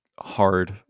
hard